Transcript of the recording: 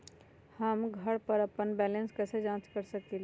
हम घर पर अपन बैलेंस कैसे जाँच कर सकेली?